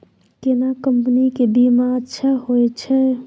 केना कंपनी के बीमा अच्छा होय छै?